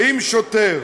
ואם שוטר